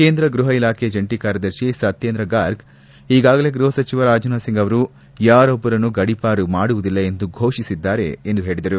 ಕೇಂದ್ರ ಗ್ಲಪ ಇಲಾಖೆಯ ಜಂಟ ಕಾರ್ಯದರ್ಶಿ ಸತ್ನೇಂದ್ರ ಗಾರ್ಗ್ ಈಗಾಗಲೇ ಗೃಹ ಸಚಿವ ರಾಜನಾಥ್ ಸಿಂಗ್ ಅವರು ಯಾರೊಬ್ಲರನ್ನು ಗಡಿಪಾಡು ಮಾಡುವುದಿಲ್ಲ ಎಂದು ಫೋಷಿಸಿದ್ಗಾರೆ ಎಂದು ಹೇಳಿದರು